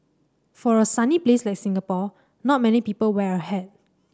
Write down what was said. for a sunny place like Singapore not many people wear a hat